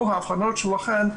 כל האבחנות שלכן,